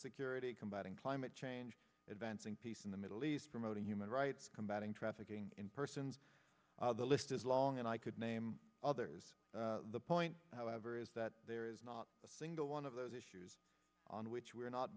security combating climate change advancing peace in the middle east promoting human rights combating trafficking in persons the list is long and i could name others the point however is that there is not a single one of those issues on which we are not